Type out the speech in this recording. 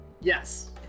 Yes